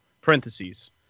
parentheses